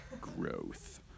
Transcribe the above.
Growth